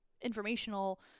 informational